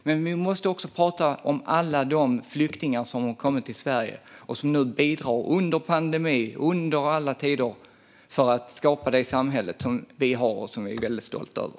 Men vi måste också prata om alla de flyktingar som har kommit till Sverige och som nu under pandemi och under alla tider bidrar till att skapa det samhälle som vi har och som vi är väldigt stolta över.